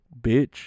bitch